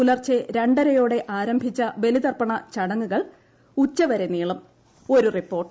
പുലർച്ചെ രണ്ടരയോടെ ആരംഭിച്ച ബലിതർപ്പണ ചടങ്ങുകൾ ഉച്ചവരെ നീളും ഒരു റിപ്പോർട്ട്